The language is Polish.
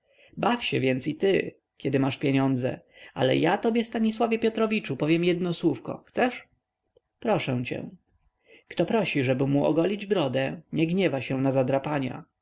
baw więc się i ty kiedy masz pieniądze ale ja tobie stanisławie piotrowiczu powiem jedno słówko chcesz proszę cię kto prosi żeby mu ogolić brodę nie gniewa się na zdrapanie